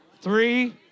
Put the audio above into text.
three